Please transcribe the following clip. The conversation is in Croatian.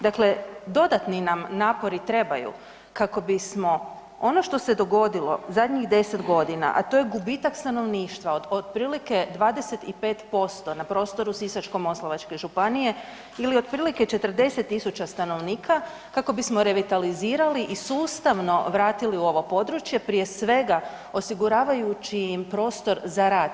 Dakle dodatni nam napori trebaju kako bismo ono što se dogodilo zadnjih 10 godina, a to je gubitak stanovništva otprilike 25% na prostoru Sisačko-moslavačke županije ili otprilike 40 tisuća stanovnika kako bismo revitalizirali i sustavno vratili u ovo područje prije svega osiguravajući im prostor za rad.